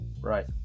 Right